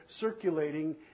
circulating